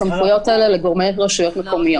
נתנו את הסמכויות האלה לגורמי רשויות מקומיות.